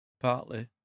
partly